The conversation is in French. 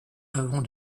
avant